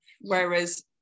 Whereas